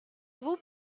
vous